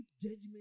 judgment